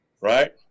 right